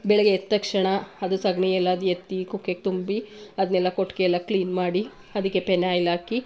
ಬೆಳಗ್ಗೆ ಎದ್ದ ತಕ್ಷಣ ಅದು ಸಗಣಿಯೆಲ್ಲಾ ಅದು ಎತ್ತಿ ಕುಕ್ಕೆಗೆ ತುಂಬಿ ಅದನ್ನೆಲ್ಲಾ ಕೊಟ್ಟಿಗೆ ಎಲ್ಲ ಕ್ಲೀನ್ ಮಾಡಿ ಅದಕ್ಕೆ ಪೆನಾಯಿಲ್ ಹಾಕಿ